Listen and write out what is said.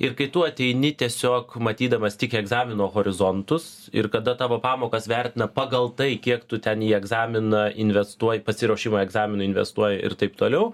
ir kai tu ateini tiesiog matydamas tik egzamino horizontus ir kada tavo pamokas vertina pagal tai kiek tu ten į egzaminą investuoji pasiruošimą egzaminui investuoji ir taip toliau